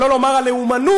שלא לומר הלאומנות,